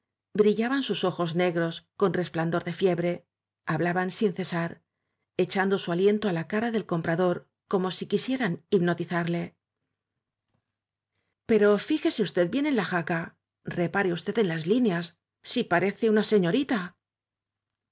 brillaban sus ojos negros con resplandor de fiebre hablaban sin cesar echando su aliento á la cara del comprador si como quisieran hipnotizarle pero fíjese usted bien en la jaca repare usted en las líneas si parece una señorita